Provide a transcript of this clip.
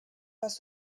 passe